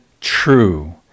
true